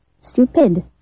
Stupid